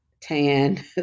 tan